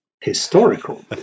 historical